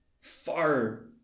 far